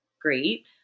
great